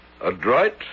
Adroit